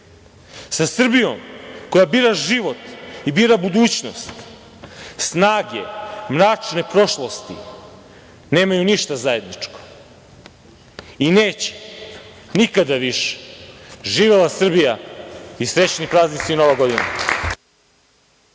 sa Srbijom koja bira život i bira budućnost snage mračne prošlosti nemaju ništa zajedničko i neće nikada više. Živela Srbija! Srećni praznici i Nova godina!